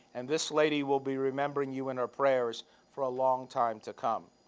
and this lady will be remembering you in her prayers for a long time to come.